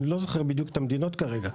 אני לא זוכר כרגע במדויק איזה מדינות לציין,